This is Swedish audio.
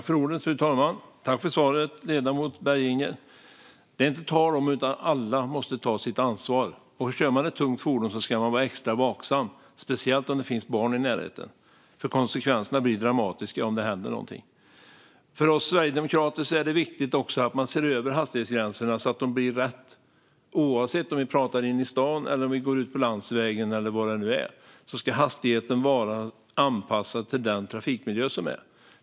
Fru talman! Tack för svaret, ledamoten Berginger! Det är inte tal om annat än att alla måste ta sitt ansvar. Kör man ett tungt fordon ska man vara extra vaksam, speciellt om det finns barn i närheten. Konsekvenserna blir ju dramatiska om det händer någonting. För oss sverigedemokrater är det också viktigt att man ser över hastighetsgränserna så att de blir rätt. Oavsett om det är inne i stan eller ute på landsvägen ska hastigheten vara anpassad till trafikmiljön.